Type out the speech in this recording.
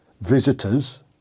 visitors